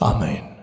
Amen